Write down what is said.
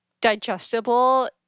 digestible